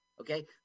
Okay